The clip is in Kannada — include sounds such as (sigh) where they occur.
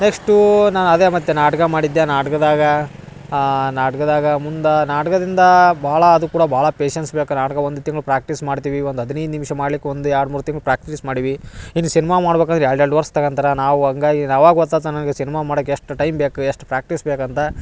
ನೆಕ್ಸ್ಟೂ ನಾನು ಅದೇ ಮತ್ತೆ ನಾಟಕ ಮಾಡಿದ್ದೆ ನಾಟಕದಾಗ ನಾಟಕದಾಗ ಮುಂದಾ ನಾಟಕದಿಂದ ಬಹಳ ಅದು ಕೂಡ ಬಹಳ ಪೇಶನ್ಸ್ ಬೇಕು ನಾಟಕ ಒಂದು ತಿಂಗ್ಳು ಪ್ರಾಕ್ಟೀಸ್ ಮಾಡ್ತೀವಿ ಒಂದು ಹದಿನೈದು ನಿಮಿಷ ಮಾಡ್ಲಿಕ್ಕೆ ಒಂದು ಎರಡು ಮೂರು ತಿಂಗ್ಳು ಪ್ರಾಕ್ಟೀಸ್ ಮಾಡಿವಿ ಇನ್ನು ಸಿನೆಮಾ ಮಾಡ್ಬೇಕಂದ್ರ ಎರಡು ಎರಡು ವರ್ಷ ತಗಂತರ ನಾವು ಹಂಗಾಗಿ ನಾವು (unintelligible) ಸಿನೆಮಾ ಮಾಡಾಕೆ ಎಷ್ಟು ಟೈಮ್ ಬೇಕು ಎಷ್ಟು ಪ್ರಾಕ್ಟೀಸ್ ಬೇಕಂತ